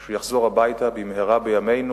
שהוא יחזור הביתה במהרה בימינו.